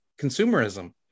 consumerism